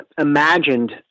imagined